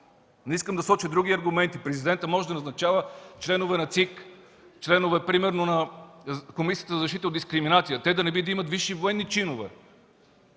Не искам да соча други аргументи. Президентът може да назначава членове на ЦИК, членове примерно на Комисията за защита от дискриминация. Те да не би да имат висши военни чинове?